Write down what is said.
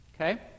Okay